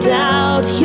doubt